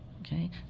okay